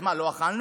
אז מה, לא אכלנו?